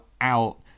out